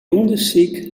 ûndersyk